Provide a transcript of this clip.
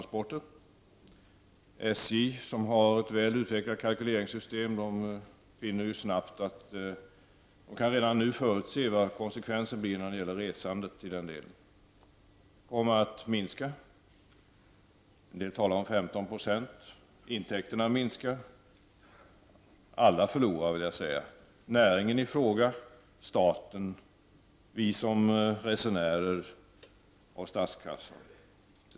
SJ, som har ett väl utvecklat kalkyleringssystem, kan redan nu förutse vad konsekvensen blir när det gäller resandet. Det kommer att minska -- en del talar om 15 %. Intäkterna minskar. Alla förlorar: näringen i fråga, staten, vi resenärer och till sist statskassan.